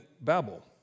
Babel